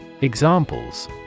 Examples